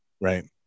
Right